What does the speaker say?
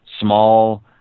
small